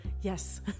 yes